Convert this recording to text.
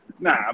Nah